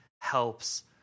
helps